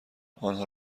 آنها